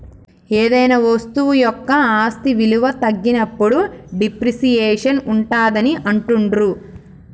ఏదైనా వస్తువు యొక్క ఆస్తి విలువ తగ్గినప్పుడు డిప్రిసియేషన్ ఉంటాదని అంటుండ్రు